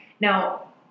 Now